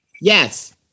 Yes